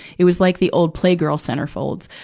it was like the old playgirl centerfolds,